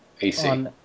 AC